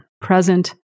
Present